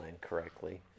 correctly